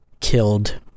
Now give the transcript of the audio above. killed